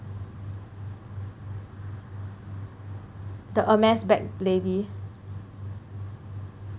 the Hermes bag lady